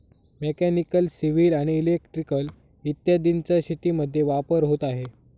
mechanical, civil आणि electrical इत्यादींचा शेतीमध्ये वापर होत आहे